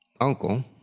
uncle